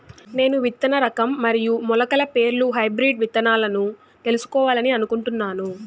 నేను విత్తన రకం మరియు మొలకల పేర్లు హైబ్రిడ్ విత్తనాలను తెలుసుకోవాలని అనుకుంటున్నాను?